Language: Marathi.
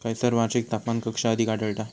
खैयसर वार्षिक तापमान कक्षा अधिक आढळता?